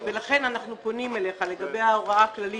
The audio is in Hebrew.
לכן אנחנו פונים אליך לגבי ההוראה הכללית